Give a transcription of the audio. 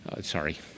Sorry